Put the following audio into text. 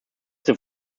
zur